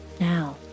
now